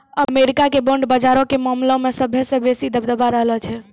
America के bond बजारो के मामला मे सभ्भे से बेसी दबदबा रहलो छै